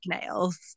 nails